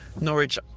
Norwich